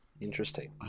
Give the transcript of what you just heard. Interesting